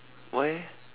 why eh